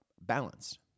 balanced